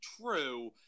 true